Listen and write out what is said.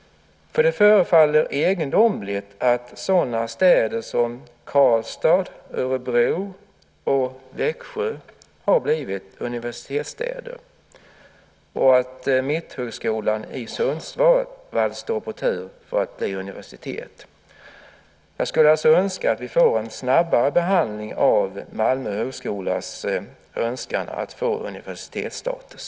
Det förefaller egendomligt att sådana städer som Karlstad, Örebro och Växjö har blivit universitetsstäder och att Mitthögskolan i Sundsvall står på tur för att bli universitet. Jag skulle alltså önska att vi får en snabbare behandling av Malmö högskolas önskan att få universitetsstatus.